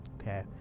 Okay